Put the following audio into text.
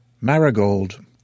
Marigold